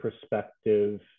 perspective